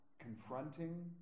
confronting